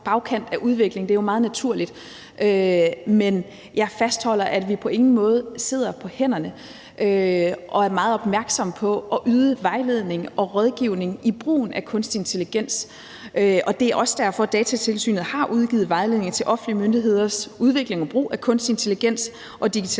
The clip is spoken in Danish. bagkant af udviklingen. Det er jo meget naturligt. Men jeg fastholder, at vi på ingen måde sidder på hænderne, og at vi er meget opmærksomme på at yde vejledning og rådgivning i brugen af kunstig intelligens. Det er også derfor, at Datatilsynet har udgivet vejledninger i forbindelse med offentlige myndigheders udvikling og brug af kunstig intelligens, og